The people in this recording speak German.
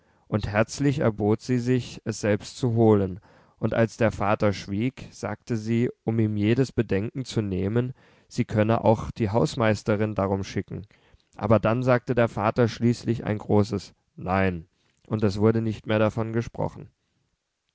und herzlich erbot sie sich es selbst zu holen und als der vater schwieg sagte sie um ihm jedes bedenken zu nehmen sie könne auch die hausmeisterin darum schicken aber dann sagte der vater schließlich ein großes nein und es wurde nicht mehr davon gesprochen